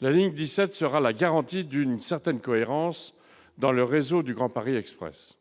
La ligne 17 sera la garantie d'une certaine cohérence dans le réseau du Grand Paris Express.